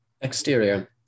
Exterior